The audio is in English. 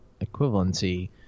equivalency